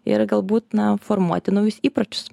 ir galbūt na formuoti naujus įpročius